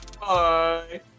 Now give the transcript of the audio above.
Bye